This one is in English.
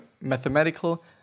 mathematical